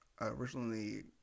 originally